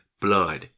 blood